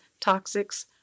Toxics